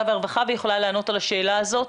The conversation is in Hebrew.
והרווחה נמצאת פה ויכולה לענות על השאלה הזאת,